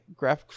graphics